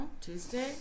Tuesday